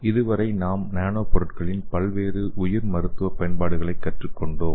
இது வரை நாம் நானோ பொருட்களின் பல்வேறு உயிர் மருத்துவ பயன்பாடுகளைக் கற்றுக்கொண்டோம்